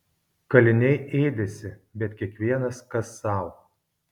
kaliniai ėdėsi bet kiekvienas kas sau